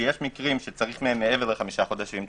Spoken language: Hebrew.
שיש מקרים שצריך מעבר לחמישה חודשים,